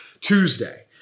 Tuesday